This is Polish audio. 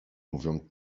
mówią